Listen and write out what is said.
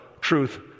truth